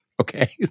Okay